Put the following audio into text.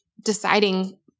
deciding